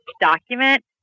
document